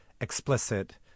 explicit